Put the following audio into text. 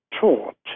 taught